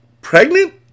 Pregnant